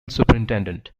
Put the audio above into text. superintendent